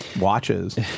watches